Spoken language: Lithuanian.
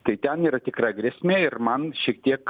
tai ten yra tikra grėsmė ir man šiek tiek